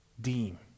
deem